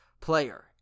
player